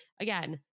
again